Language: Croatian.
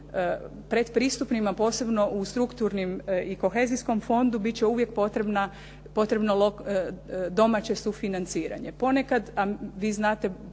pretpristupnim, a posebno u strukturnim i kohezijskom fondu biti će uvijek potrebno domaće sufinanciranje.